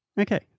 Okay